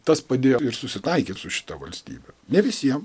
tas padėjo ir susitaikyt su šita valstybe ne visiem